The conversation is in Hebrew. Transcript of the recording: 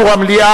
חבר הכנסת ברכה,